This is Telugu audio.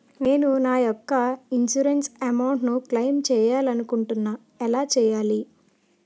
నేను నా యెక్క ఇన్సురెన్స్ అమౌంట్ ను క్లైమ్ చేయాలనుకుంటున్నా ఎలా చేయాలి?